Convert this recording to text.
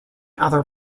other